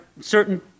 certain